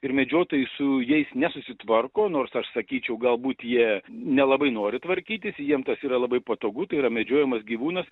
ir medžiotojai su jais nesusitvarko nors aš sakyčiau galbūt jie nelabai nori tvarkytis jiem tas yra labai patogu tai yra medžiojamas gyvūnas